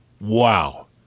wow